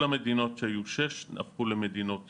כל המדינות שהיו שש הפכו למדינות ירוקות.